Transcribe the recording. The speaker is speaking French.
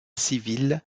civile